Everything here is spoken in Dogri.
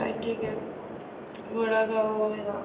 ताइयें गै बड़ा गै ओह् होए दा